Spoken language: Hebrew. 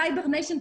בסייבר ניישן,